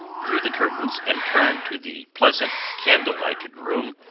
drew the curtains, and turned to the pleasant, candle-lighted room,